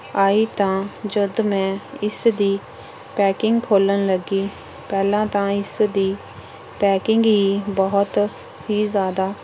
ਆਈ ਤਾਂ ਜਦ ਮੈਂ ਇਸਦੀ ਪੈਕਿੰਗ ਖੋਲਣ ਲੱਗੀ ਪਹਿਲਾਂ ਤਾਂ ਇਸਦੀ ਪੈਕਿੰਗ ਹੀ ਬਹੁਤ ਹੀ ਜ਼ਿਆਦਾ